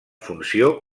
funció